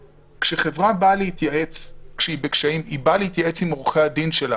כשחברה שנמצאת בקשיים באה להתייעץ עם עורכי הדין שלה